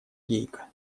гейка